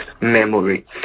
memory